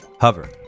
Hover